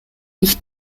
ich